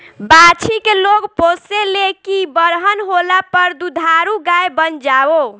बाछी के लोग पोसे ले की बरहन होला पर दुधारू गाय बन जाओ